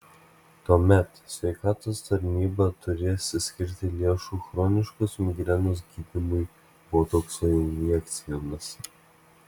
tuomet sveikatos tarnyba turės skirti lėšų chroniškos migrenos gydymui botokso injekcijomis